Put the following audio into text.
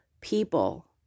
people